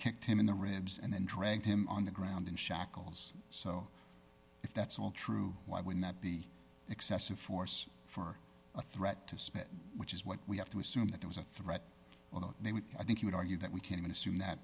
kicked him in the ribs and then dragged him on the ground in shackles so if that's all true why would that be excessive force for a threat to spit which is what we have to assume that there was a threat although they would i think you would argue that we can even assume that